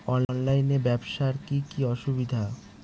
অনলাইনে ব্যবসার কি কি অসুবিধা?